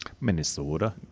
Minnesota